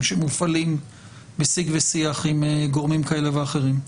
שמופעלים בשיג ושיח עם גורמים כאלה ואחרים.